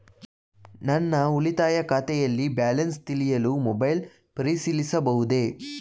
ನನ್ನ ಉಳಿತಾಯ ಖಾತೆಯಲ್ಲಿ ಬ್ಯಾಲೆನ್ಸ ತಿಳಿಯಲು ಮೊಬೈಲ್ ಪರಿಶೀಲಿಸಬಹುದೇ?